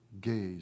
gaze